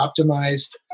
optimized